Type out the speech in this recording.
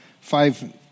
five